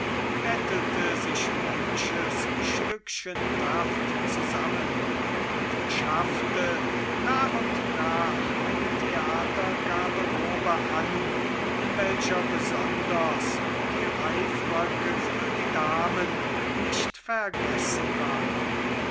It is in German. bettelte sich manches stückchen taft zusammen und schaffte nach und nach eine theatergarderobe an in welcher besonders die reifröcke für die damen nicht vergessen waren